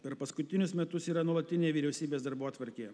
per paskutinius metus yra nuolatinėj vyriausybės darbotvarkėje